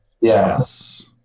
Yes